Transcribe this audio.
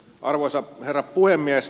arvoisa herra puhemies